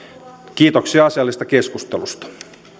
kiitoksia asiallisesta keskustelusta